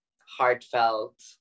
heartfelt